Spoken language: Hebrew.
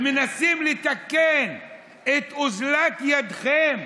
ומנסים לתקן את אוזלת ידכם,